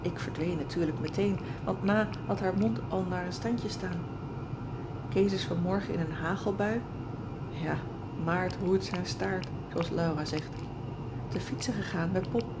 ik verdween natuurlijk meteen want ma had haar mond al naar een standje staan kees is vanmorgen in een hagelbui ja maart roert zijn staart zooals laura zegt te fietsen gegaan met pop